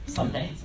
Someday